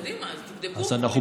אז קדימה, תבדקו.